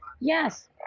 yes